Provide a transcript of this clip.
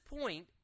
point